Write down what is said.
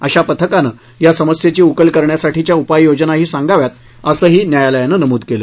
अशा पथकाने या समस्येची उकल करण्यासाठीच्या उपाययोजनाही सांगव्यात असंही न्यायालयानं नमूद केलं